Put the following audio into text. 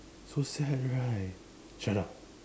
so sad right shut up